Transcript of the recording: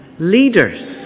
leaders